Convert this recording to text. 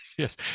Yes